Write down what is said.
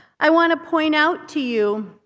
i want to point out to you